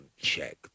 check